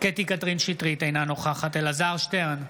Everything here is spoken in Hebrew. קטי קטרין שטרית, אינה נוכחת אלעזר שטרן,